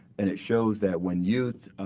and it shows that when youth,